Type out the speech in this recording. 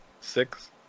Six